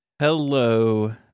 Hello